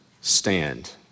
stand